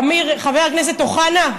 אמיר, חבר הכנסת אוחנה,